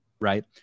Right